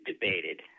debated